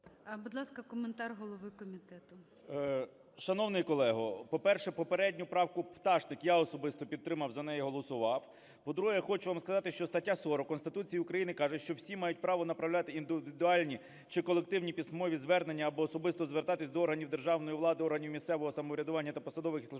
Будь ласка, коментар голови комітету. 17:08:28 КНЯЖИЦЬКИЙ М.Л. Шановний колего, по-перше, попередню правку Пташник я особисто підтримав, за неї голосував. По-друге, я хочу вам сказати, що стаття 40 Конституції України каже, що всі мають право направляти індивідуальні чи колективні письмові звернення або особисто звертатися до органів державної влади, органів місцевого самоврядування та посадових і службових